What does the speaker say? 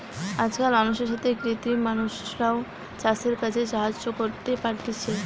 আজকাল মানুষের সাথে কৃত্রিম মানুষরাও চাষের কাজে সাহায্য করতে পারতিছে